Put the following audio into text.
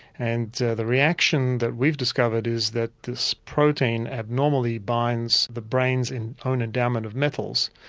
and the reaction that we've discovered is that this protein abnormally binds the brain's and own endowment of metals,